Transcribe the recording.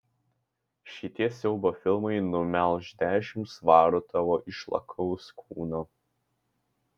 šitie siaubo filmai numelš dešimt svarų tavo išlakaus kūno